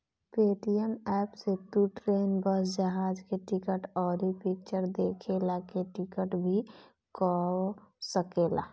Paytm app से तू train, bus, जहाज के टिकट, अउरी फिक्चर देखला के टिकट भी कअ सकेला